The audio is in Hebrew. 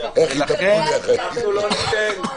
אנחנו לא ניתן.